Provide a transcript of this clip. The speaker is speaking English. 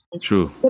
True